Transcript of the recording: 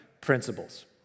principles